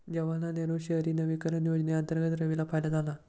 जवाहरलाल नेहरू शहरी नवीकरण योजनेअंतर्गत रवीला फायदा झाला